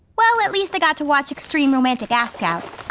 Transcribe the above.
well, at least i got to watch extreme romantic ask-outs.